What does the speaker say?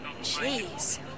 Jeez